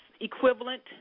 equivalent